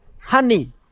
honey